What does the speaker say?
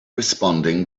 responding